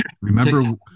Remember